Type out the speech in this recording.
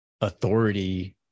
authority